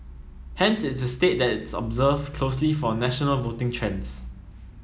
hence it's a state that is observed closely for national voting trends